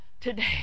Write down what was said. today